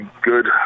good